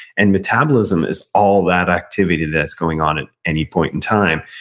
and metabolism is all that activity that's going on at any point in time.